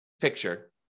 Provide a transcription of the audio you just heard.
picture